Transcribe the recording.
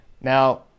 now